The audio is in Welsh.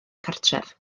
cartref